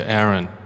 Aaron